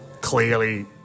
clearly